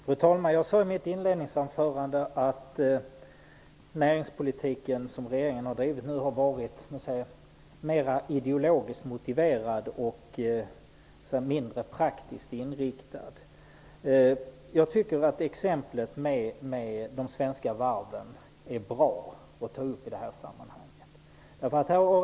Fru talman! Jag sade i mitt inledningsanförande att den näringspolitik som regeringen har drivit har varit mer ideologiskt motiverad och mindre praktiskt inriktad. Jag tycker att det är bra att ta upp exemplet med de svenska varven i det här sammanhanget.